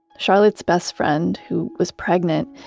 charlot's best friend, who was pregnant,